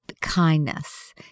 kindness